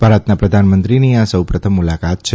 ભારતના પ્રધાનમંત્રીની આ સૌપ્રથમ મુલાકાત છે